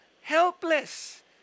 helpless